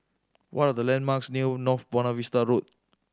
what are the landmarks near North Buona Vista Road